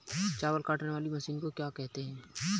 चावल काटने वाली मशीन को क्या कहते हैं?